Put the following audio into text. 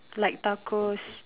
like tacos